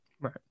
Right